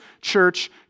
church